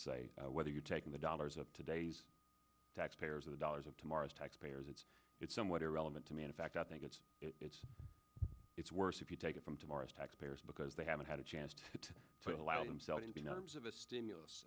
say whether you're taking the dollars of today's taxpayers or the dollars of tomorrow's taxpayers it's it's somewhat irrelevant to man a fact i think it's it's it's worse if you take it from tomorrow's taxpayers because they haven't had a chance to